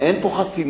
שאין פה חסינות.